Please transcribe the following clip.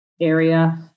area